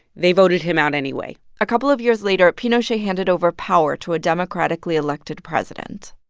they voted him out anyway a couple of years later, pinochet handed over power to a democratically elected president.